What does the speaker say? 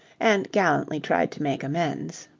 and gallantly tried to make amends.